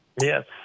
Yes